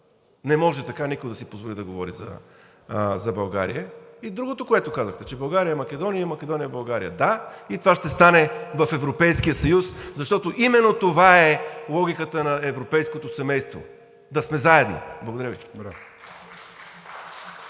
Не може така някой да си позволи да говори за България. И другото, което казахте: България и Македония и Македония и България. Да, и това ще стане в Европейския съюз, защото именно това е логиката на европейското семейство – да сме заедно. Благодаря Ви.